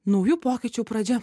naujų pokyčių pradžia